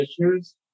issues